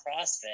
CrossFit